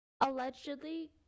Allegedly